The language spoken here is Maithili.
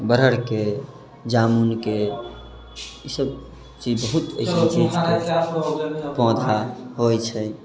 बड़हरके जामुनके ईसब चीज बहुत चीजके पौधा होइ छै